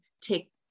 take